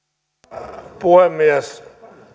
arvoisa puhemies